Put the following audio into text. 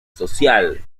social